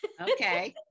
Okay